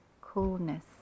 coolness